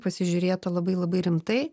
pasižiūrėta labai labai rimtai